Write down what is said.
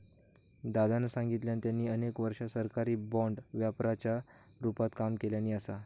दादानं सांगल्यान, त्यांनी अनेक वर्षा सरकारी बाँड व्यापाराच्या रूपात काम केल्यानी असा